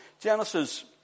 Genesis